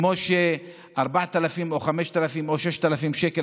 כמו ש-4,000 או 5,000 או 6,000 שקל,